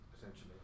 essentially